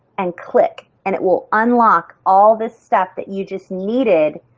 and click and it will unlock all this stuff that you just needed.